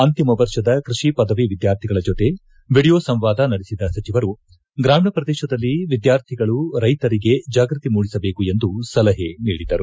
ಅಂತಿಮ ವರ್ಷದ ಕೃಷಿ ಪದವಿ ವಿದ್ಯಾರ್ಥಿಗಳ ಜೊತೆ ವಿಡಿಯೋ ಸಂವಾದ ನಡೆಸಿದ ಸಚಿವರು ಗ್ರಾಮೀಣ ಪ್ರದೇಶದಲ್ಲಿ ವಿದ್ಯಾರ್ಥಿಗಳು ರೈತರಿಗೆ ಜಾಗೃತಿ ಮೂಡಿಸಬೇಕೆಂದು ಸಲಹೆ ನೀಡಿದರು